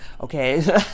okay